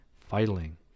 filing